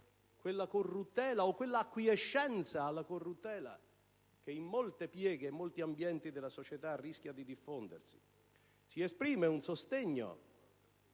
quella corruttela o quella acquiescenza alla corruttela che in molte pieghe e in molti ambienti della società rischia di diffondersi. Si esprime un sostegno